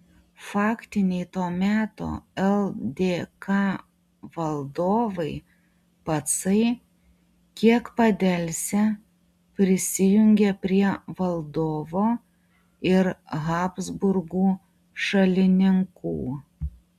faktiniai to meto ldk valdovai pacai kiek padelsę prisijungė prie valdovo ir habsburgų šalininkų